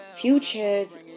Future's